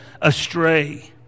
astray